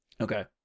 okay